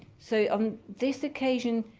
so on this occasion,